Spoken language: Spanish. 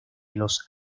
los